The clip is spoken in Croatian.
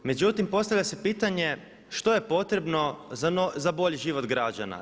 Međutim, postavlja se pitanje što je potrebno za bolji život građana?